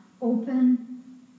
open